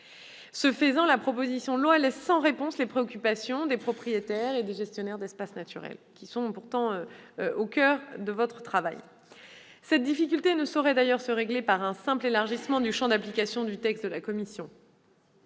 Ce faisant, la proposition de loi laisse sans réponse les préoccupations, à cet égard, des propriétaires et gestionnaires d'espaces naturels, lesquelles sont pourtant au coeur de votre travail. Cette difficulté ne saurait d'ailleurs se régler par un simple élargissement du champ d'application du texte de la commission